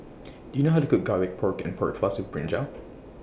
Do YOU know How to Cook Garlic Pork and Pork Floss with Brinjal